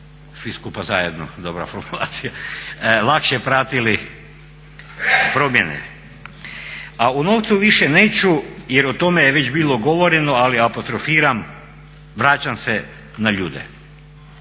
skupa zajedno, dobra formulacija, lakše pratili promjene. A o novcu više neću jer o tome je već bilo govoreno, ali apostrofiram vraćam se na ljude.